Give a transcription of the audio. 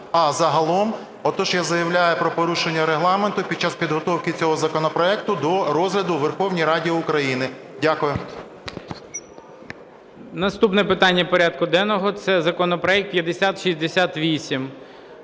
а загалом. Отож, я заявляю про порушення Регламенту під час підготовки цього законопроекту до розгляду у Верховній Раді України. Дякую. ГОЛОВУЮЧИЙ. Наступне питання порядку денного – це законопроект 5068: